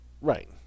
right